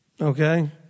Okay